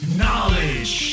knowledge